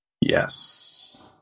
Yes